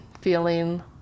feeling